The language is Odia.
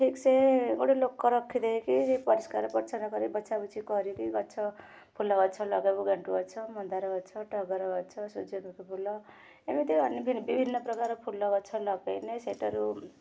ଠିକ୍ ସେ ଗୋଟେ ଲୋକ ରଖି ଦେଇକି ପରିଷ୍କାର ପରିଚ୍ଛନ୍ନ କରି ପୋଛା ପୋଛି କରିକି ଗଛ ଫୁଲ ଗଛ ଲଗାଇବ ଗେଣ୍ଡୁ ଗଛ ମନ୍ଦାର ଗଛ ଟଗର ଗଛ ସୂର୍ଯ୍ୟମୁଖୀ ଫୁଲ ଏମିତି ଅନେକ ବିଭିନ୍ନପ୍ରକାର ଫୁଲ ଗଛ ଲଗାଇଲେ ସେଠାରୁ